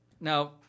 Now